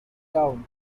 down